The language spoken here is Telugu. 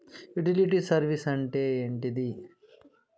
యుటిలిటీ సర్వీస్ అంటే ఏంటిది?